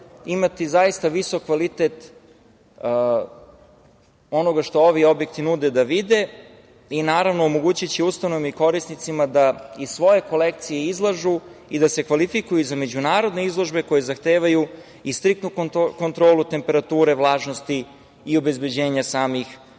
imati zaista visok kvalitet onoga što ovi objekti nude da vide i, naravno, omogućiće ustanovama i korisnicima da i svoje kolekcije izlažu i da se kvalifikuju i za međunarodne izložbe koje zahtevaju i striktnu kontrolu temperature, vlažnosti i obezbeđenja samih umetničkih